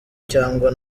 cyangwa